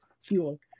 Fuel